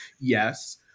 yes